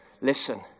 Listen